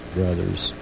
brothers